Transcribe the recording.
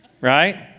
right